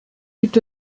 gibt